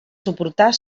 suportar